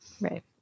Right